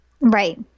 Right